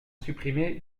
supprimé